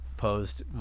posed